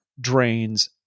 drains